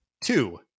Two